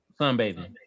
sunbathing